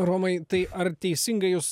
romai tai ar teisingai jus